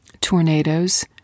Tornadoes